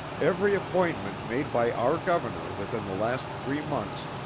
every appointment made by our governor within the last three months,